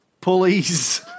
pulleys